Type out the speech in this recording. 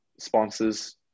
sponsors